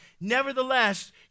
Nevertheless